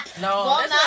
no